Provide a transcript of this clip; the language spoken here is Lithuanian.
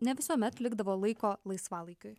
ne visuomet likdavo laiko laisvalaikiui